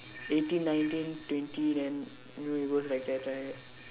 eighteen nineteen twenty then you know it goes like that right